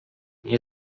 nie